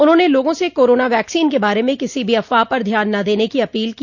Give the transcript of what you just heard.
उन्होंने लोगों से कोरोना वैक्सीन के बारे में किसी भी अफवाह पर ध्यान ना देने की अपील की